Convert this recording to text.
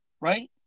right